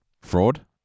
fraud